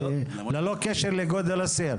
ללא קשר לגודל הסיר.